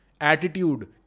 Attitude